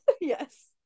Yes